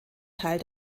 teil